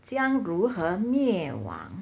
将如何灭